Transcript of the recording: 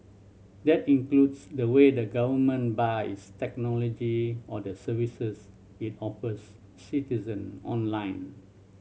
that includes the way the government buys technology or the services it offers citizen online